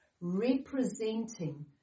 representing